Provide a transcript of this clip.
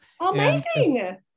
Amazing